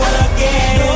again